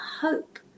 hope